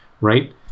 Right